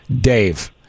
Dave